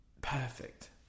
perfect